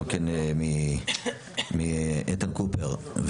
איתן קופפר,